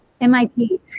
MIT